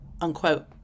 unquote